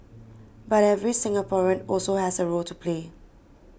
but every Singaporean also has a role to play